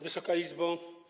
Wysoka Izbo!